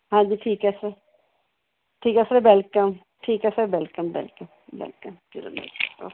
ਹਾਂਜੀ ਠੀਕ ਹੈ ਸਰ ਠੀਕ ਹੈ ਸਰ ਵੈੱਲਕਮ ਠੀਕ ਹੈ sir welcome welcome welcome okay